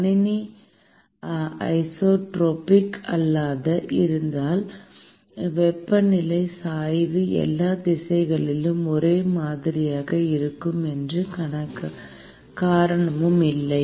கணினி ஐசோட்ரோபிக் அல்லாததாக இருந்தால் வெப்பநிலை சாய்வு எல்லா திசைகளிலும் ஒரே மாதிரியாக இருக்க எந்த காரணமும் இல்லை